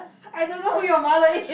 I don't know who your mother is